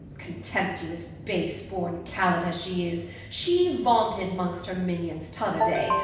contemptuous base-borne callot as she is, she vaunted mongst her minions t other day,